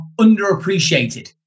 underappreciated